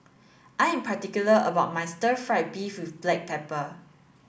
I am particular about my stir fried beef with black pepper